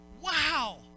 Wow